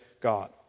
God